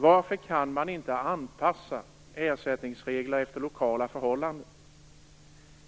Varför kan man inte anpassa ersättningsregler efter lokala förhållanden?